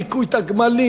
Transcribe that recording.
הכו את הגמלים,